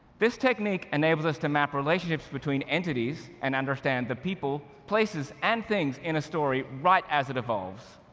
this technique enables us to map relationships between entities and understand the people, places, and things in a story right as it evolves.